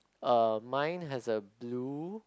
uh mine has a blue